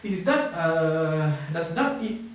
is duck a does duck eat